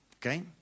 okay